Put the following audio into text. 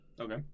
okay